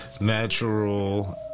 natural